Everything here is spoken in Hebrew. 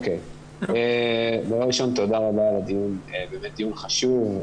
זה באמת דיון חשוב,